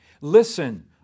Listen